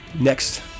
next